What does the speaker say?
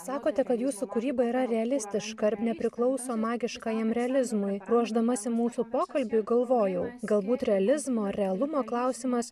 sakote kad jūsų kūryba yra realistiška ir nepriklauso magiškajam realizmui ruošdamasi mūsų pokalbiui galvojau galbūt realizmo realumo klausimas